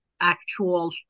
Actual